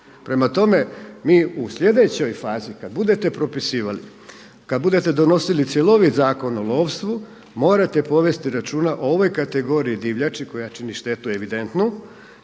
Prema tome, mi u sljedećoj fazi kada budete propisivali, kada budete donosili cjelovit Zakon o lovstvu morate povesti računa o ovoj kategoriji divljači koja čini štetu evidentnu